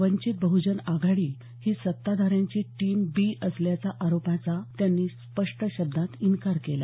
वंचित बहजन आघाडी ही सत्ताधाऱ्यांची team B असल्याच्या आरोपांचा त्यांनी स्पष्ट शब्दात इन्कार केला